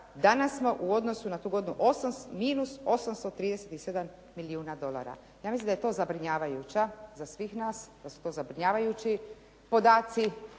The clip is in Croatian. danas smo u odnosu na tu godinu minus 837 milijuna dolara. Ja mislim da je to zabrinjavajuća za svih nas, da su to zabrinjavajući podaci.